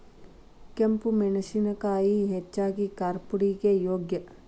ಕೆಂಪ ಮೆಣಸಿನಕಾಯಿನ ಹೆಚ್ಚಾಗಿ ಕಾರ್ಪುಡಿಗೆ ಯೋಗ್ಯ